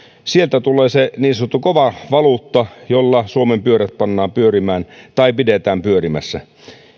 sieltä tulee se niin sanottu kova valuutta jolla suomen pyörät pannaan pyörimään tai pidetään pyörimässä